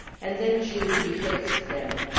and then choose betwixt them.